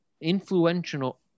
influential